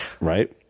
right